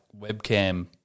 webcam